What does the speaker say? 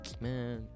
Man